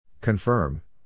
Confirm